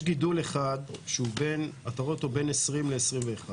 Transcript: יש גידול אחד שאתה רואה אותו בין 2020 ל-2021.